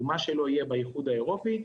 ומה שלא יהיה באיחוד האירופאי,